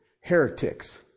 heretics